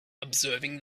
observing